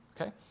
Okay